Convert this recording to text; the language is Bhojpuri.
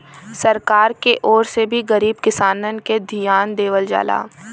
सरकार के ओर से भी गरीब किसानन के धियान देवल जाला